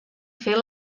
fer